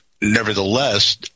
Nevertheless